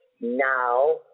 now